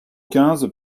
quinze